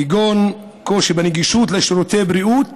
כגון קושי בנגישות של שירותי בריאות